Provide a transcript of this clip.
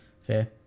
fair